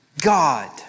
God